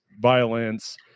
violence